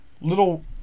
Little